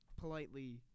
Politely